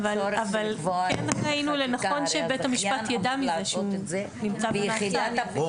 כן ראינו לנכון שבית המשפט יידע מזה שהוא נמצא במעצר.